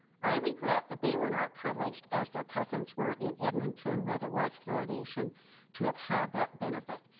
i regret that they were not privileged as their cousins were in edmonton where there was fluoridation to have had that benefit.